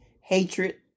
hatred